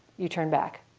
you turn back.